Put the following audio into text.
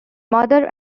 mother